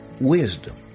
wisdom